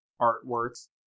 artworks